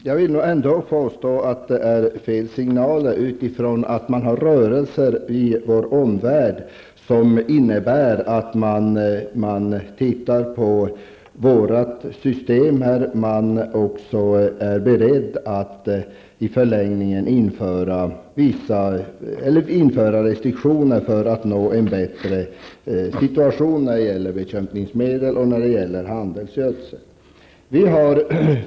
Herr talman! Jag vill ändå påstå att det är fel signal. Det finns rörelser i vår omvärld som innebär att man tittar på vårt system och att man också är beredd att införa restriktioner för att nå en bättre situation när det gäller bekämpningsmedel och handelsgödsel.